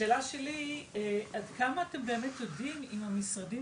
השאלה שלי היא עד כמה אתם באמת עובדים עם המשרדים